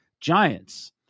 Giants